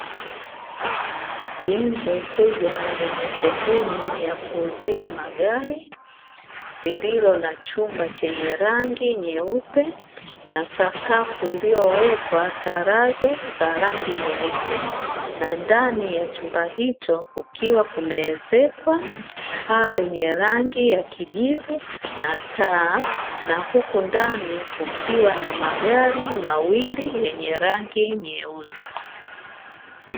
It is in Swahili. Jengo kubwa lenye sehemu ya kuuzia magari, lililo na chumba chenye rangi nyeupe na sakafu iliyowekwa tarazo za rangi nyeupe, na ndani ya chumba hicho kukiwa kumeezekwa paa lenye rangi ya kijivu na taa na huku ndani kukiwa na magari mawili yenye rangi nyeusi.